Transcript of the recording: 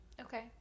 okay